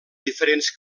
diferents